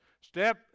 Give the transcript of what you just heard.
Step